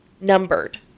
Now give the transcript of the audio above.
Numbered